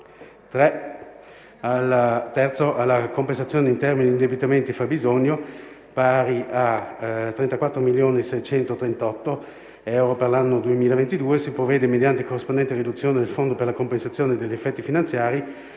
«3. Alla compensazione in termini di indebitamento e fabbisogno, pari a 34.638.000 euro per l'anno 2022, si provvede mediante corrispondente riduzione del Fondo per la compensazione degli effetti finanziari